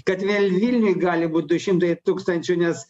kad vėl vilniuj gali būt du šimtai tūkstančių nes